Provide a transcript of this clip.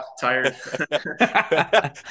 tired